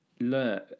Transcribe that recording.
learn